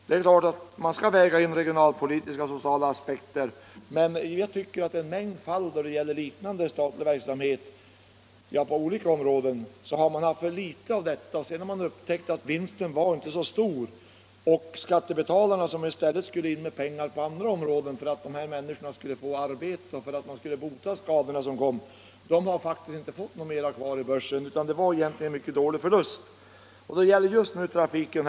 Det är klart att man vid beslutsfattandet skall väga in regionalpolitiska och sociala aspekter, men jag tycker att det i en mängd fall då det gäller liknande statlig verksamhet på olika områden funnits för litet med av detta. Sedan har man upptäckt att vinsten inte blivit så stor som man trott. Skattebetalarna, som nu i stället måste betala in pengar på en del andra områden för att de här människorna skulle få arbete och för att de skador som uppstått skulle botas, har faktiskt inte fått mera pengar kvar i börsen, utan omläggningen har i stället medfört stora förluster för dem.